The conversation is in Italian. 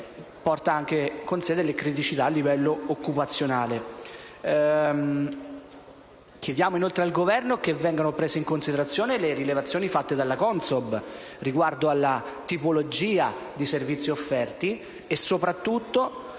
porta con sé delle criticità a livello occupazionale. Chiediamo, inoltre, al Governo che vengano prese in considerazione le rilevazioni fatte dalla CONSOB riguardo alla tipologia di servizi offerti e, soprattutto,